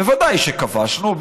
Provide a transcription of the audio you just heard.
ודאי שכבשנו.